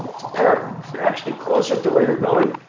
it's a paradox. you're actually closer to where you're going.